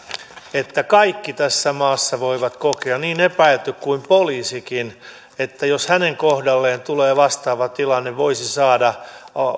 että kaikki tässä maassa voivat kokea niin epäilty kuin poliisikin että jos hänen kohdalleen tulee vastaava tilanne voisi saada